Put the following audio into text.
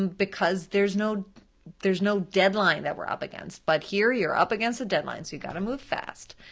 um because there's no there's no deadline that we're up against. but here you're up against a deadline, so you gotta move fast.